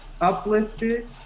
uplifted